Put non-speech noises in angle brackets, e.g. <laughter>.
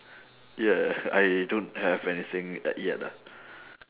ya <noise> I don't have anything at yet lah